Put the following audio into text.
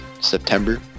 september